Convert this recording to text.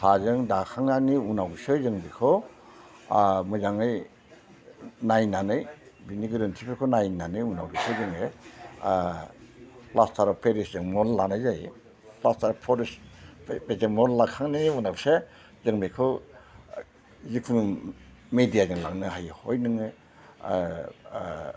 हाजों दाखांनायनि उनावसो जों बेखौ मोजाङै नायनानै बिनि गोरोन्थिफोरखौ नायनानै उनावसो जोङो प्लासटार अफ पेरिसजों मल्ड लानाय जायो प्लासटार अफ पेरिस बेजों मल्ड लाखांनायनि उनावसो जों बेखौ जिखुनु मेडियाजों लांनो हायो हय नोङो